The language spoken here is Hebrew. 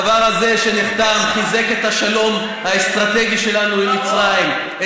הדבר הזה שנחתם חיזק את השלום האסטרטגי שלנו עם מצרים,